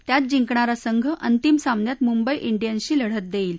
त्यात जिंकणारा संघ अंतिम सामन्यात मुंबई डियनशी लढत देईल